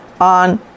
on